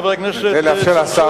חבר הכנסת צרצור,